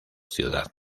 ciudad